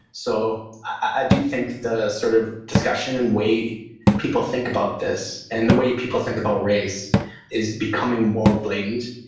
so i do think the sort of discussion and way people think about this and the way people think about race is becoming more blatant.